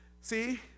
See